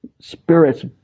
spirits